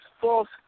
false